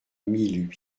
mille